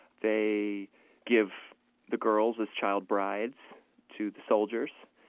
they give the girls as child brides to the soldiers.